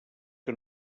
que